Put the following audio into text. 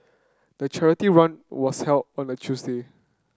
the charity run was held on a Tuesday